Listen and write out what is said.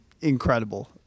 incredible